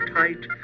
tight